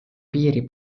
piiri